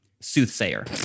Soothsayer